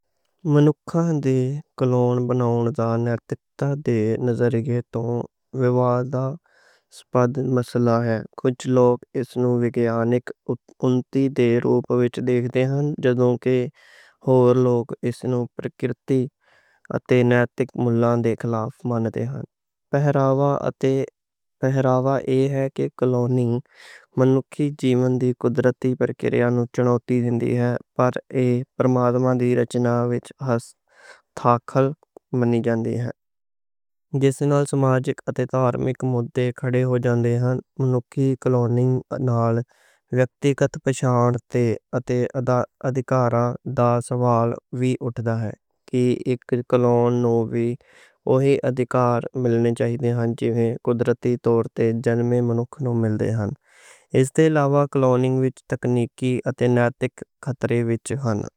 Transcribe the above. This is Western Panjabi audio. انساناں دی کلوننگ نوں نیتکتا دے نظریے توں ویواداسپد سمجھیا جاندا ہے۔ مسئلہ ہے کہ کجھ لوک اس نوں وگیانک اونتی دے روپ وچ ویکھدے نیں، جدوں کہ ہور لوک اس نوں پرکرتی اتے نیتک مولاں دے خلاف مان دے نیں۔ پہلا وچار ایہ ہے کہ کلوننگ انسانی جیون دی قدرتی پرکریا نوں چنوتی دیندی ہے، اتے ایہ پرماتما دی رچنا وچ ہستکشیپ مانیا جاندا ہے، جس نال سماجک اتے دھارمک مدے کھڑے جاندے نیں۔ انسانی کلوننگ نال ویکتیگت پہچان اتے ادھیکاراں دے سوال وی اٹھدے نیں، کہ اک کلون نوں وی اوہی ادھیکار ملنے چاہیدے جو قدرتی طور تے جنمے انسان نوں مل دے نیں۔ اس توں علاوہ کلوننگ وچ تکنیکی اتے نیتک خطرے وی ہوندے نیں۔